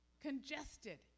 congested